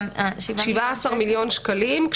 17 מיליון שקלים,